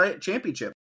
championship